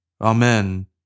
Amen